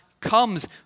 comes